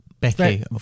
Becky